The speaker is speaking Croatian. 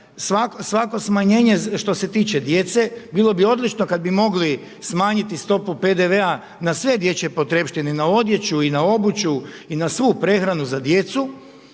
svako smanjenje što se tiče djece. Bilo bi odlično kada bi mogli smanjiti stopu PDV-a na sve dječje potrepštine, na odjeću i na obuću i na svu prehranu za djecu.